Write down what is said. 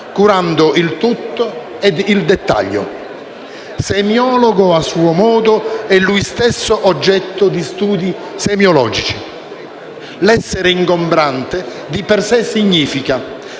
curando il tutto e il dettaglio. Semiologo a suo modo, lui stesso era oggetto di studi semiologici: l'essere ingombrante di per sé significa,